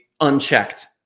unchecked